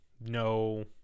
No